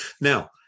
Now